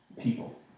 people